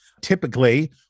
Typically